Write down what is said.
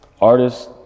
artists